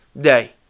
day